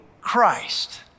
Christ